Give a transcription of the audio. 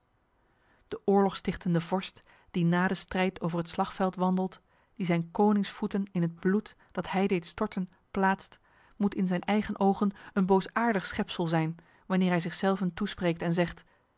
de oorlogstichtende vorst die na de strijd over het slagveld wandelt die zijn konings voeten in het bloed dat hij deed storten plaatst moet in zijn eigen ogen een boosaardig schepsel zijn wanneer hij zichzelven toespreekt en zegt